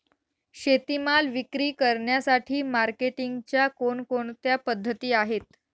शेतीमाल विक्री करण्यासाठी मार्केटिंगच्या कोणकोणत्या पद्धती आहेत?